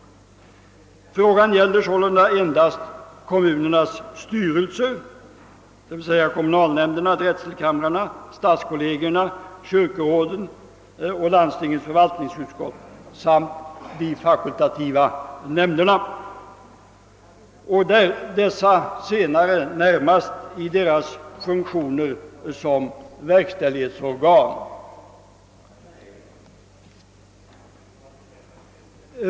Frågan gäller sålunda endast kommunernas styrelser — kommunalnämnderna, drätselkamrarna, stadskollegierna, kyrkoråden och landstingens förvaltningsutskott — samt de fakultativa nämnderna, och dessa närmast i deras funktioner som verkställighetsorgan.